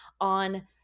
on